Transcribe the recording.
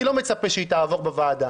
אני לא מצפה שהיא תעבור בוועדה.